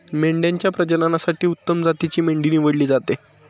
मेंढ्यांच्या प्रजननासाठी उत्तम जातीची मेंढी निवडली जाते